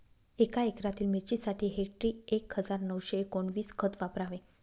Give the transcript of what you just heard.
एका एकरातील मिरचीसाठी हेक्टरी एक हजार नऊशे एकोणवीस खत वापरावे